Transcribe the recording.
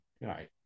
right